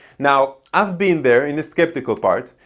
now i've been there in the skeptical part.